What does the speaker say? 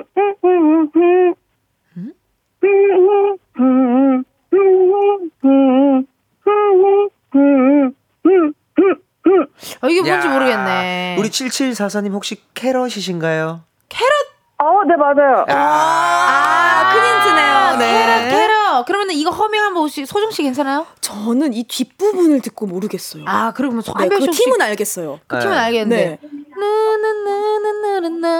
음? 어, 이게 뭔지 야, 모르겠네. 우리 7744님 혹시 캐럿이신가요? 캐럿? 어, 네, 맞아요. 아. 아, 큰 힌트네요. 네. 네. 캐럿, 캐럿. 그러면은 이거 허밍 한번 혹시 소정 씨 괜찮아요? 저는 이 뒷부분을 듣고 모르겠어요. 아, 그러면 소- 네, 한별 그 씨 혹시- 팀은 알겠어요. 그 팀은 네. 알겠는데. 네. 나나나나나나나나.